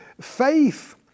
Faith